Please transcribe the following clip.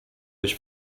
być